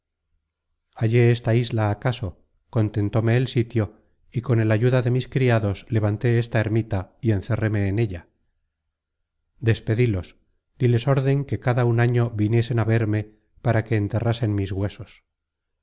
hallé esta isla acaso contentóme el sitio y con el ayuda de mis criados levanté esta ermita y encerréme en ella despedílos díles órden que cada un año viniesen á verme para que enterrasen mis huesos